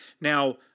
now